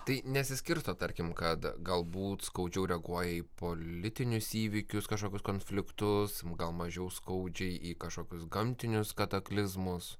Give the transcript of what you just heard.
tai nesiskirsto tarkim kad galbūt skaudžiau reaguoja į politinius įvykius kažkokius konfliktus gal mažiau skaudžiai į kažkokius gamtinius kataklizmus